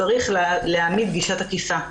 צריך להעמיד גישה תקיפה.